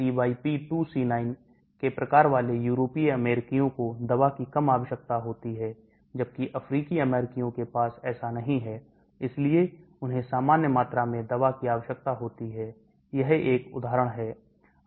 CYP2C9 कि प्रकार वाले यूरोपीय अमेरिकियों को दवा की कम आवश्यकता होती है जबकि अफ्रीकी अमेरिकियों के पास ऐसा नहीं है इसलिए उन्हें सामान्य मात्रा में दवा की आवश्यकता होती है यह एक उदाहरण है